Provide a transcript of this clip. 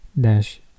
dash